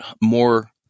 more